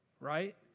right